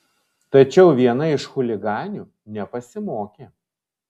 tačiau viena iš chuliganių nepasimokė